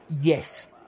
Yes